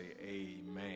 amen